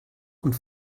und